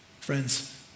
Friends